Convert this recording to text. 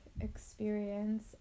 experience